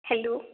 hello